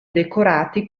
decorati